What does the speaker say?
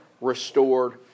restored